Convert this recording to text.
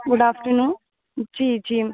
good afternoon जी जी